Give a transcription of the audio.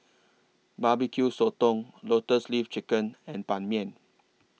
Barbecue Sotong Lotus Leaf Chicken and Ban Mian